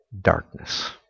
darkness